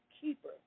keeper